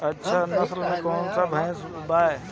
अच्छा नस्ल के कौन भैंस बा?